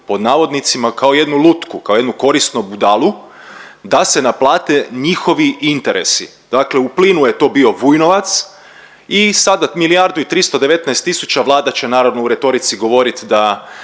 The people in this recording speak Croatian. pod navodnicima kao jednu lutku, kao jednu korisnu budalu da se naplate njihovi interesi, dakle u plinu je to bio Vujnovac i sada milijardu i 319 tisuća Vlada će naravno u retorici govorit da